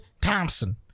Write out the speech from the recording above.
Thompson